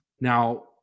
Now